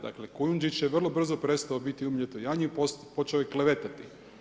Dakle, Kujundžić je vrlo brzo prestao biti umiljato janje i počeo je klevetati.